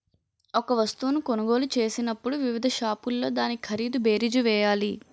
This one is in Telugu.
ఒక వస్తువును కొనుగోలు చేసినప్పుడు వివిధ షాపుల్లో దాని ఖరీదు బేరీజు వేయాలి